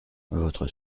votre